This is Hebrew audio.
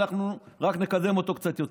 ואנחנו רק נקדם אותו קצת יותר.